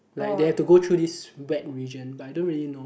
like they have to go through this wet region but I don't really know